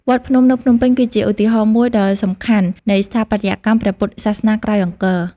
វត្តភ្នំនៅភ្នំពេញគឺជាឧទាហរណ៍មួយដ៏សំខាន់នៃស្ថាបត្យកម្មព្រះពុទ្ធសាសនាក្រោយអង្គរ។